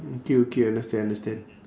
okay okay understand understand